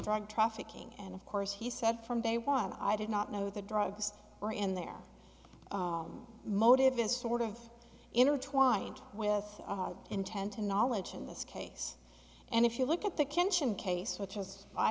drug trafficking and of course he said from day one i did not know the drugs are in there motive is sort of intertwined with intent and knowledge in this case and if you look at the kitchen case which as i